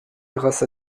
grâce